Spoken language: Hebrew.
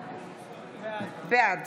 בעד